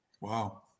Wow